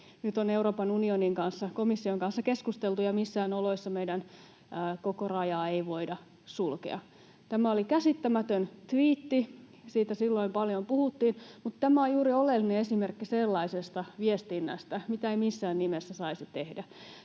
nyt on Euroopan unionin kanssa, komission kanssa keskusteltu ja missään oloissa meidän koko rajaa ei voida sulkea. Tämä oli käsittämätön tviitti, siitä silloin paljon puhuttiin. Mutta tämä on juuri oleellinen esimerkki sellaisesta viestinnästä, mitä ei missään nimessä saisi tehdä.